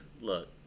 Look